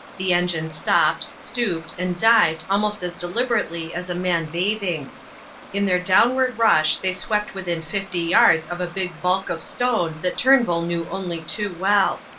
the engine stopped, stooped, and dived almost as deliberately as a man bathing in their downward rush they swept within fifty yards of a big bulk of stone that turnbull knew only too well.